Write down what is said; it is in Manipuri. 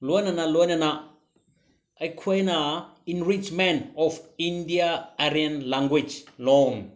ꯂꯣꯏꯅꯅ ꯂꯣꯏꯅꯅ ꯑꯩꯈꯣꯏꯅ enrichment of India Aryan language loan